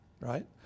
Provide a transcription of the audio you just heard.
right